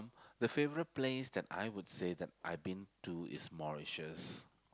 the favourite place that I would say that I been to is Mauritius